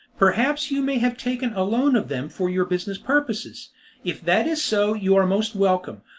perhaps you may have taken a loan of them for your business purposes if that is so you are most welcome.